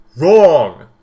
Wrong